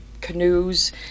canoes